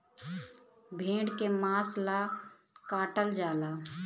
भेड़ के मांस ला काटल जाला